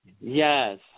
Yes